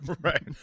Right